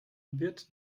wird